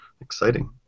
Exciting